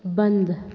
बंद